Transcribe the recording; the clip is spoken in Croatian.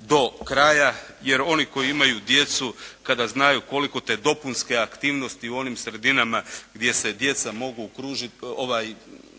do kraja, jer oni koji imaju djecu kada znaju koliko te dopunske aktivnosti u onim sredinama gdje se djeca mogu okružiti, posvetiti